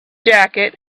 jacket